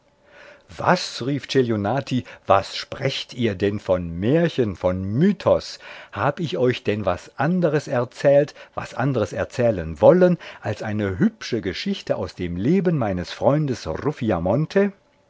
was rief celionati was sprecht ihr denn von märchen von mythos hab ich euch denn was anderes erzählt was anderes erzählen wollen als eine hübsche geschichte aus dem leben meines freundes